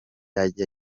ajya